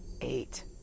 eight